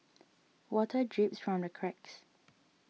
water drips from the cracks